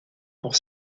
pour